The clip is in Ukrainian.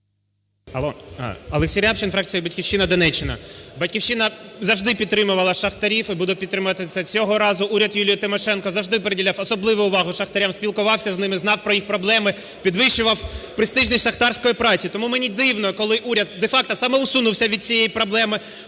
О.М. ОлексійРябчин, фракція "Батьківщина", Донеччина. "Батьківщина" завжди підтримувала шахтарів і буде підтримувати цього разу. Уряд Юлії Тимошенко завжди приділяв особливу увагу шахтарям, спілкувався з ними, знав про їх проблеми, підвищував престижність шахтарської праці. Тому мені дивно, коли уряд де-факто самоусунувся від цієї проблеми,